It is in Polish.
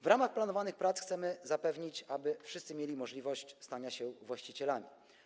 W ramach planowanych prac chcemy zapewnić, aby wszyscy mieli możliwość stania się właścicielami.